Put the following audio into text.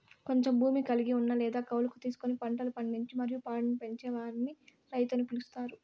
కొంచెం భూమి కలిగి ఉన్న లేదా కౌలుకు తీసుకొని పంటలు పండించి మరియు పాడిని పెంచే వారిని రైతు అని పిలుత్తారు